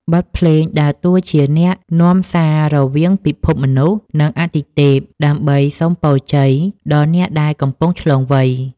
បទភ្លេងដើរតួជាអ្នកនាំសាររវាងពិភពមនុស្ស និងអាទិទេព ដើម្បីសុំពរជ័យដល់អ្នកដែលកំពុងឆ្លងវ័យ។